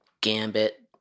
Gambit